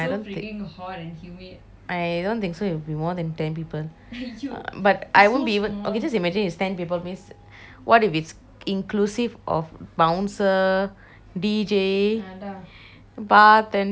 I don't think so it'll be more than ten people but I won't be able just imagine it's ten people means what if it's inclusive of bouncer D_J bartender owner